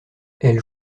elle